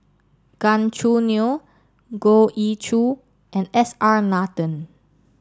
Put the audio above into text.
Gan Choo Neo Goh Ee Choo and S R Nathan